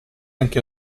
anche